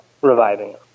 reviving